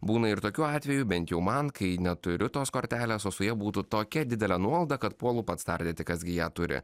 būna ir tokiu atveju bent jau man kai neturiu tos kortelės o su ja būtų tokia didele nuolaida kad puolu pats tardyti kas gi ją turi